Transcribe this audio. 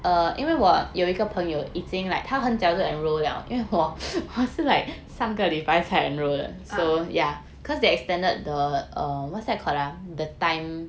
uh